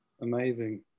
Amazing